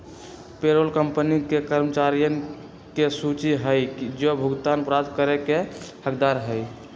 payroll company के कर्मचारियन के सूची हई जो भुगतान प्राप्त करे के हकदार हई